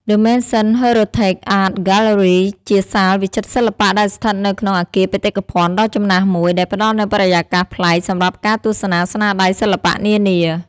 ដឹ មេនសិន ហឺរីថេក អាត ហ្គាទ្បឺរី ជាសាលវិចិត្រសិល្បៈដែលស្ថិតនៅក្នុងអគារបេតិកភណ្ឌដ៏ចំណាស់មួយ ដែលផ្តល់នូវបរិយាកាសប្លែកសម្រាប់ការទស្សនាស្នាដៃសិល្បៈនានា។